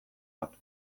bat